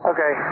Okay